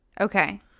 Okay